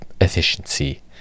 efficiency